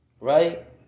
Right